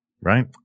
right